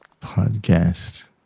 podcast